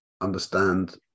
understand